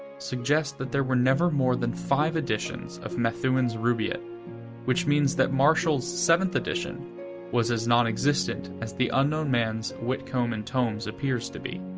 suggest that there were never more than five editions of methuen's rubaiyat which means that marshall's seventh edition was as nonexistent as the unknown man's whitcombe and tombs appears to be.